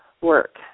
work